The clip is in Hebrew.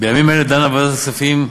בימים אלה דנה ועדת הכספים,